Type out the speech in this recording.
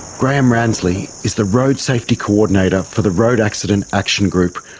graeme ransley is the road safety coordinator for the road accident action group,